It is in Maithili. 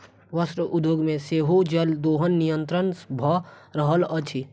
वस्त्र उद्योग मे सेहो जल दोहन निरंतन भ रहल अछि